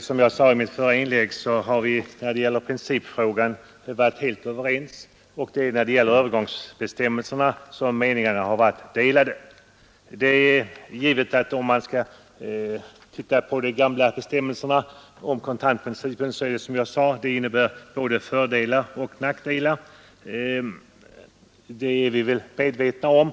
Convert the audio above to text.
Som jag sade i mitt förra inlägg har vi i principfrågan varit helt överens, och det är när det gäller övergångsbestämmelserna som meningarna har varit delade. De gamla bestämmelserna om kontantprincipen innebär både fördelar och nackdelar — det är vi väl medvetna om.